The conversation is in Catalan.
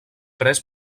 pres